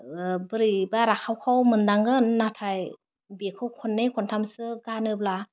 बोरैबा राखाव खाव मोन्दांगोन नाथाइ बेखौ खन्नै खन्थामसो गानोब्ला